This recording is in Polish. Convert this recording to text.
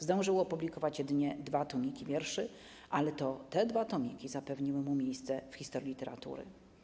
Zdążył opublikować jedynie dwa tomiki wierszy, ale to te dwa tomiki zapewniły mu miejsce w historii literatury.